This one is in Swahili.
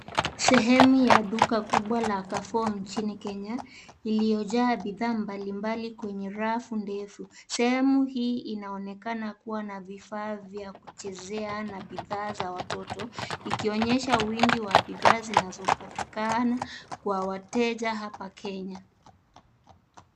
Sehemu ya duka kubwa la Carrefour nchini Kenya iliyojaa bidhaa mbalimbali kwenye rafu ndefu. Sehemu hii inaonekana kuwa na vifaa vya kuchezea na bidhaa za watoto ikionyesha wingi wa bidhaa zinazopatikana kwa wateja hapa Kenya.